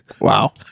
Wow